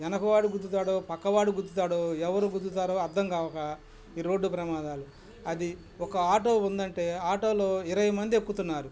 వెనక వాడు గుద్దుతాడో పక్కవాడు గుద్దుతాడో ఎవరు గుద్దుతారో అర్థం కాక ఈ రోడ్డు ప్రమాదాలు అది ఒక ఆటో ఉందంటే ఆటలో ఇరవై మంది ఎక్కుతున్నారు